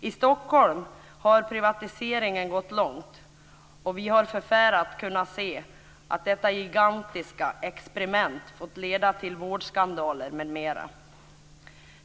I Stockholm har privatiseringen gått långt, och vi har förfärat kunnat se att detta gigantiska experiment fått leda till vårdskandaler m.m.